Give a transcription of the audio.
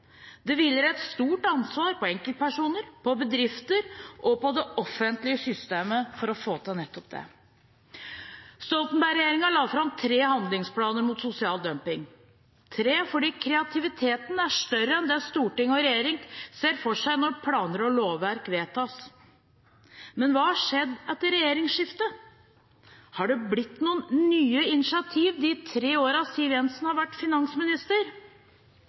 Det hviler et stort ansvar på enkeltpersoner, på bedrifter og på det offentlige systemet for å få til nettopp det. Stoltenberg-regjeringen la fram tre handlingsplaner mot sosial dumping – tre, fordi kreativiteten er større enn det storting og regjering ser for seg når planer og lovverk vedtas. Men hva har skjedd etter regjeringsskiftet? Har det blitt noen nye initiativer de tre årene Siv Jensen har vært finansminister?